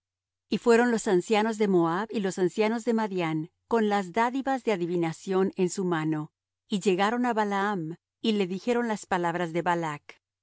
y fueron los ancianos de moab y los ancianos de madián con las dádivas de adivinación en su mano y llegaron á balaam y le dijeron las palabras de balac